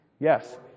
Yes